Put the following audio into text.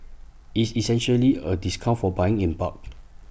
IT is essentially A discount for buying in bulk